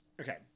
Okay